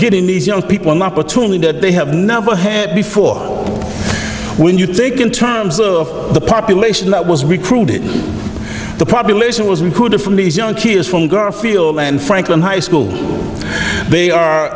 getting these young people market to me that they have never had before when you think in terms of the population that was recruited the population was recruited from these young kids from girl field and franklin high school they are